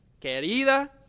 querida